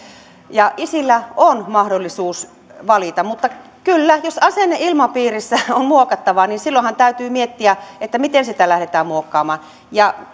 ja isillä on mahdollisuus valita mutta kyllä jos asenneilmapiirissä on muokattavaa silloinhan täytyy miettiä miten sitä lähdetään muokkaamaan